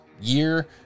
year